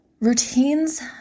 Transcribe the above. routines